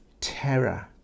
terror